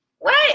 wait